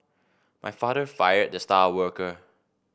my father fired the star worker